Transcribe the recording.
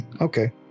Okay